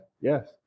yes